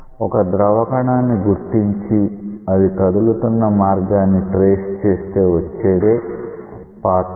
ఒక ద్రవ కణాన్ని గుర్తించి అది కదులుతున్న మార్గాన్ని ట్రేస్ చేస్తే వచ్చేదే పాత్ లైన్